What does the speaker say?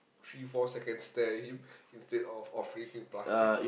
three four seconds stare at him instead of offering him plastic